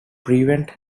prevent